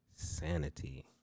sanity